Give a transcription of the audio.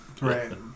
Right